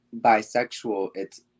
bisexual—it's